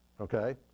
okay